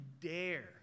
dare